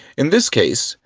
in this case,